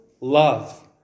love